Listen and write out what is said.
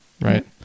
right